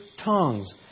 tongues